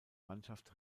mannschaft